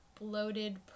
bloated